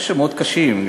יש שמות קשים,